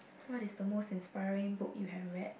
what is the most inspiring book you have read